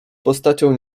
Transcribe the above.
postacią